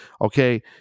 Okay